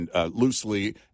loosely